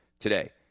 today